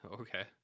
Okay